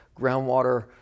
groundwater